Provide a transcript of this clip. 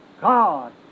God